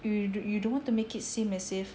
you you don't want to make it seem as if